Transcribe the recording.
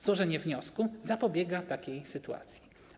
Złożenie wniosku zapobiega takiej sytuacji.